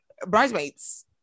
bridesmaids